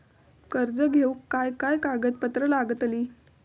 कर्ज घेऊक काय काय कागदपत्र लागतली?